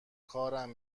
کارم